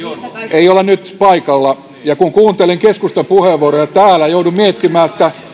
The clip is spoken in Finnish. ei ole nyt paikalla kun kuuntelin keskustan puheenvuoroja täällä jouduin miettimään